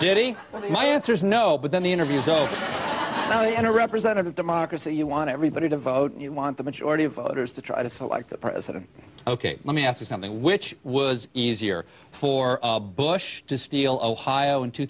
diddy my answer is no but then the interviews i'll tell you in a representative democracy you want everybody to vote you want the majority of voters to try to select the president ok let me ask you something which was easier for bush to steal ohio in two